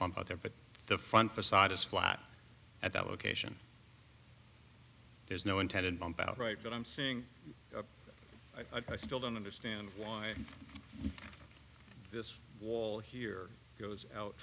but the front facade is flat at that location there's no intended bump outright but i'm saying i still don't understand why this wall here goes out